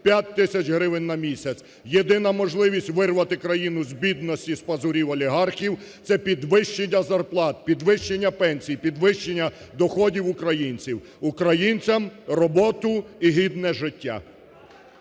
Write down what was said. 5 тисяч гривень на місяць. Єдина можливість вирвати країну з бідності, з пазурів олігархів – це підвищення зарплат, підвищення пенсій, підвищення доходів українців. Українцям роботу і гідне життя!